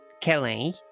Kelly